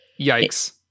Yikes